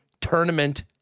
Tournament